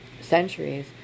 centuries